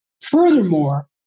Furthermore